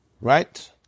right